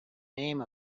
name